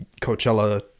Coachella